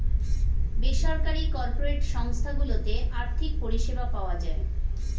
বেসরকারি কর্পোরেট সংস্থা গুলোতে আর্থিক পরিষেবা পাওয়া যায়